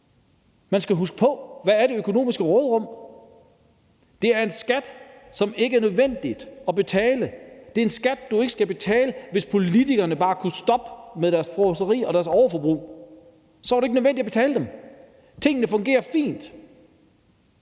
Man skal huske på: Hvad er det økonomiske råderum? Det er en skat, som ikke er nødvendig at betale; det er en skat, du ikke skulle betale, hvis politikerne bare kunne stoppe med deres fråseri og overforbrug, for så var det ikke nødvendigt at betale den. Tingene fungerer fint.